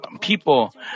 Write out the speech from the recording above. people